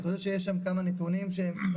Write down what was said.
אני חושב שיש שם כמה נתונים שהם לא